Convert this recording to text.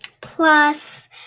plus